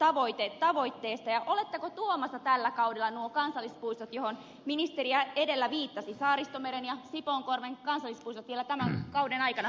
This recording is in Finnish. ja oletteko tuomassa tällä kaudella nuo kansallispuistot johon ministeri edellä viittasi selkämeren ja sipoonkorven kansallispuistot vielä tämän kauden aikana päätökseen